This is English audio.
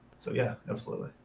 so yeah, absolutely.